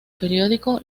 periódico